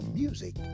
music